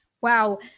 Wow